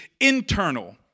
internal